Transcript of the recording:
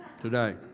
today